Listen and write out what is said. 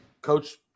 Coach